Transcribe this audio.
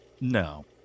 no